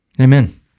Amen